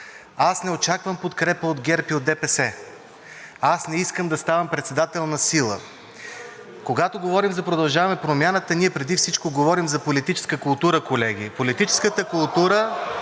Аз не очаквам подкрепа от ГЕРБ и от ДПС, аз не искам да ставам председател насила. Когато говорим за „Продължаваме Промяната“, ние преди всичко говорим за политическа култура, колеги. (Шум и реплики от